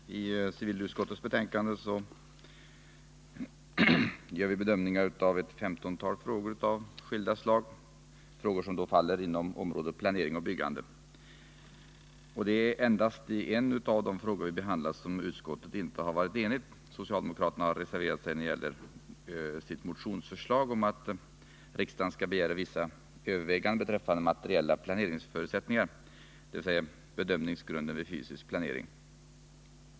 Herr talman! I civilutskottets betänkande nr 31 gör vi bedömningar av ett femtontal frågor av skilda slag — frågor som faller inom området planering och byggande. Endast i en av dessa frågor har utskottet inte varit enigt. Socialdemokraterna har reserverat sig när det gäller ett motionsförslag om att riksdagen skall begära vissa överväganden beträffande materiella planeringsförutsättningar avseende bedömningsgrunderna vid fysisk planering.